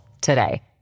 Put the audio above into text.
today